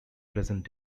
present